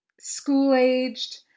school-aged